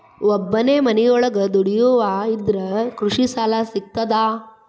ಒಬ್ಬನೇ ಮನಿಯೊಳಗ ದುಡಿಯುವಾ ಇದ್ರ ಕೃಷಿ ಸಾಲಾ ಸಿಗ್ತದಾ?